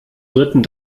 dritten